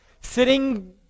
sitting